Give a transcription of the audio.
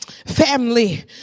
family